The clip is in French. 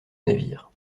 navires